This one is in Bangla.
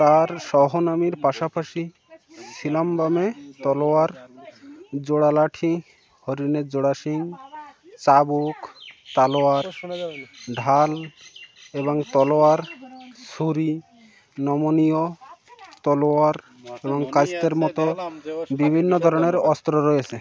তার সহনামীর পাশাপাশি সিলমবামে তলোয়ার জোড়া লাঠি হরিণের জোড়া শিং চাবুক তালোয়ার ঢাল এবাং তলোয়ার ছুরি নমনীয় তলোয়ার এবং কাস্তের মতো বিভিন্ন ধরনের অস্ত্র রয়েছে